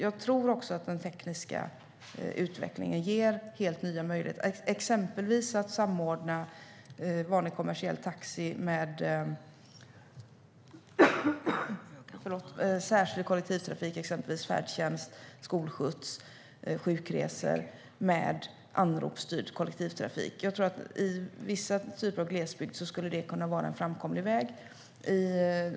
Jag tror också att den tekniska utvecklingen ger helt nya möjligheter att samordna vanlig kommersiell taxi med särskild kollektivtrafik, exempelvis färdtjänst, skolskjuts och sjukresor, och med anropsstyrd kollektivtrafik. I vissa typer av glesbygd tror jag att det skulle kunna vara en framkomlig väg.